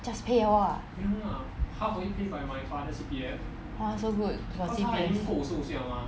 just pay all ah !wah! so good got C_P_F